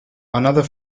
another